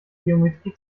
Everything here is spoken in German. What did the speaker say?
geometrie